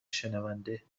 شنونده